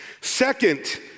Second